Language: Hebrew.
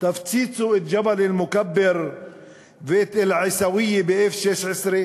תפציצו את ג'בל-מוכבר ואת עיסאוויה ב-16F-?